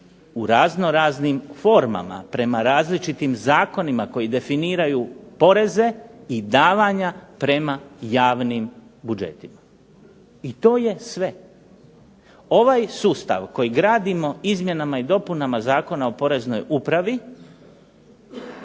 u razno raznim formama, prema različitim zakonima koji definiraju poreze i davanja prema javnim budžetima. I to je sve. Ovaj sustav koji gradimo izmjenama i dopunama Zakona o poreznoj upravi